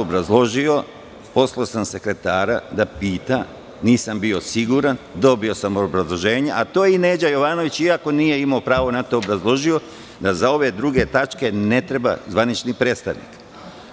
Obrazložio sam, poslao sam sekretara da pita, nisam bio siguran, dobio sam obrazloženje, a to je i Neđo Jovanović, iako nije imao pravo na to, obrazložio, da za ove druge tačke ne treba zvanični predstavnik,